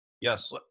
Yes